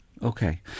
Okay